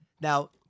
now